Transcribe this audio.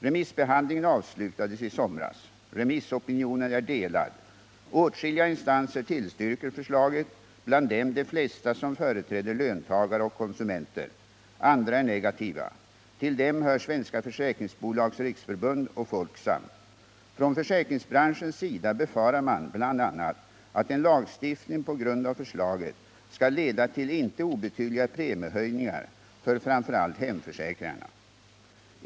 Remissbehandlingen avslutades i somras. Remissopinionen är delad. Åtskilliga instanser tillstyrker förslaget, bland dem de flesta som företräder löntagare och konsumenter. Andra är negativa. Till dem hör Svenska försäkringsbolags riksförbund och Folksam. Från försäkringsbranschens sida befarar man bl.a. att en lagstiftning på grund av förslaget skall leda till inte obetydliga premiehöjningar för framför allt hemförsäkringarna.